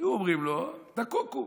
היו אומרים לו: אתה קוקו.